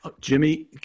Jimmy